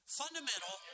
fundamental